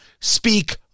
Speak